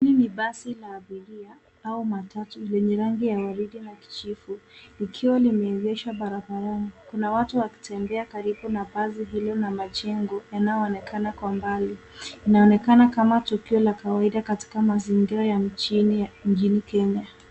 Hii ni basi la abiria au matatu lenye rangi ya waridi na kijivu likiwa limeegeshwa barabarani. Kuna watu wakitembea karibu na basi hilo na majengo yanayoonekana kwa mbali. Inaonekana kama tukio la kawaida katika mazingira ya mjini nchini Kenya.